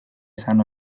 esan